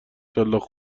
سلاخ